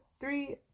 three